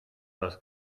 das